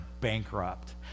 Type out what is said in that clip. bankrupt